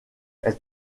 elle